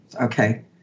Okay